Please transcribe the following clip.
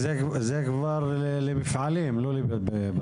זה כבר למפעלים לא לביתיים?